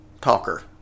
talker